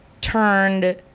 turned